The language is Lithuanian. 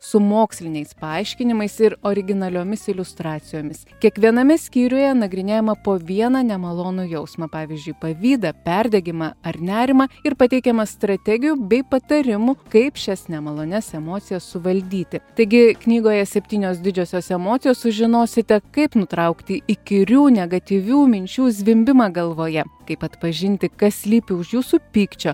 su moksliniais paaiškinimais ir originaliomis iliustracijomis kiekviename skyriuje nagrinėjama po vieną nemalonų jausmą pavyzdžiui pavydą perdegimą ar nerimą ir pateikiamas strategijų bei patarimų kaip šias nemalonias emocijas suvaldyti taigi knygoje septynios didžiosios emocijos sužinosite kaip nutraukti įkyrių negatyvių minčių zvimbimą galvoje kaip atpažinti kas slypi už jūsų pykčio